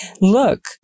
look